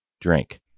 drink